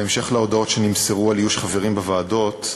בהמשך להודעות שנמסרו על איוש חברים בוועדות,